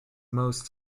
most